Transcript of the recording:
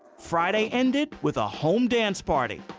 friday ended with a home dance party.